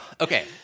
Okay